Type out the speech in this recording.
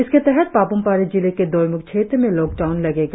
इसके तहत पाप्मपारे जिले के दोईम्ख क्षेत्र में लॉकडाउन लगेगा